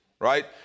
right